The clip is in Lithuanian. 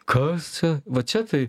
kas va čia tai